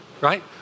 Right